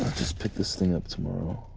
just pick this thing up tomorrow.